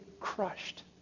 crushed